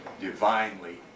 divinely